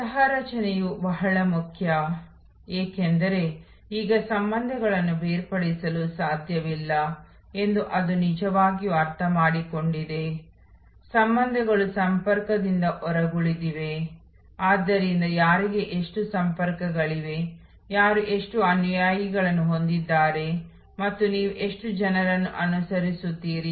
ಆದ್ದರಿಂದ ನಾವು ಈ ಗೋಚರತೆಯನ್ನು ಹೊಂದಿದ್ದೇವೆ ಗ್ರಾಹಕರ ಪ್ರವೇಶದಿಂದ ವಿವಿಧ ಸ್ಥಳಗಳಿಗೆ ನಾವು ಈ ಸಂಪೂರ್ಣ ಪ್ರಕ್ರಿಯೆಯನ್ನು ಹೊಂದಿದ್ದೇವೆ ಅಲ್ಲಿ ಆದೇಶ ಆಹಾರ ಮತ್ತು ಆಹಾರದ ಬಳಕೆ ಮತ್ತು ನಂತರ ಗ್ರಾಹಕರು ನಿರ್ಗಮಿಸುತ್ತಾರೆ